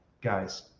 guys